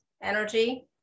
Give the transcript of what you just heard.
energy